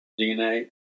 DNA